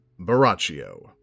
Baraccio